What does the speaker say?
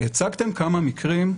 הצגתם כמה מקרים,